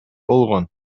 болгон